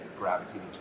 gravitating